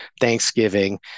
Thanksgiving